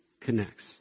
connects